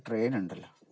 train ഉണ്ടല്ലൊ